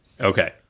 Okay